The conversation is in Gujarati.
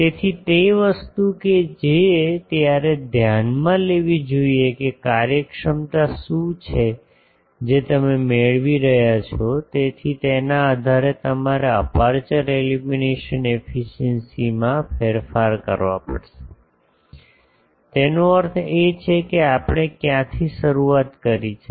તેથી તે વસ્તુ કે જે તમારે ધ્યાનમાં લેવી જોઈએ કે કાર્યક્ષમતા શું છે જે તમે મેળવી રહ્યા છો તેથી તેના આધારે તમારે અપેર્ચર એલ્યુમિનેશન એફિસિએંસી માં ફેરફાર કરવો પડશે તેનો અર્થ એ છે કે આપણે ક્યાંથી શરૂઆત કરી છે